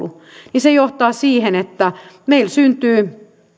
niin se johtaa siihen että meille syntyy